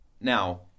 Now